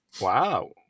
Wow